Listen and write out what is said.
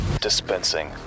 dispensing